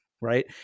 right